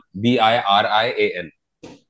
B-I-R-I-A-N